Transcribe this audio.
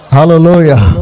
Hallelujah